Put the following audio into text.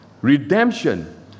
Redemption